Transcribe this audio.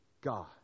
God